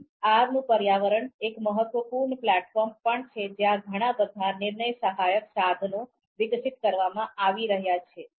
તેથી R નું પર્યાવરણ એ એક મહત્વપૂર્ણ પ્લેટફોર્મ પણ છે જ્યાં ઘણા બધા નિર્ણય સહાયક સાધનો વિકસિત કરવામાં આવી રહ્યાં છે